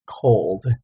cold